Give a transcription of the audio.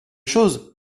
chose